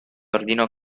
ordinò